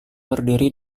berdiri